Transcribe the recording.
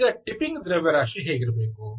ಈಗ ಟಿಪ್ಪಿಂಗ್ ದ್ರವ್ಯರಾಶಿ ಹೇಗಿರಬೇಕು